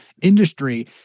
industry